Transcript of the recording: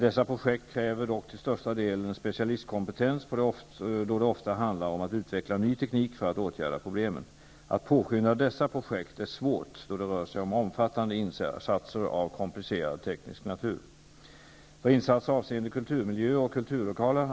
Dessa projekt kräver dock till största delen specialistkompetens då det ofta handlar om att utveckla ny teknik för att åtgärda problemen. Att påskynda dessa projekt är svårt då det rör sig om omfattande insatser av komplicerad teknisk natur.